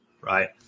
right